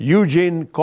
Eugene